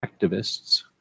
activists